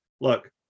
look